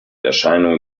erscheinungen